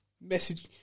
message